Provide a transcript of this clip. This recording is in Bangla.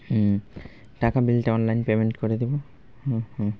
হুম টাকা বিলতে অনলাইন পেমেন্ট করে দিবো হুম হুম